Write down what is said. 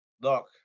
look